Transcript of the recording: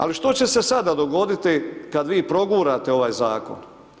Ali što će se sada dogoditi kada vi progurate ovaj zakon?